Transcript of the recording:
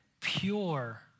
pure